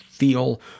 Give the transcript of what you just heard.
Feel